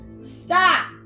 stop